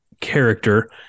character